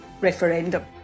referendum